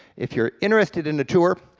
if you're interested in the tour,